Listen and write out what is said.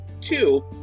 two